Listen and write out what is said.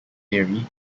theory